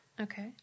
Okay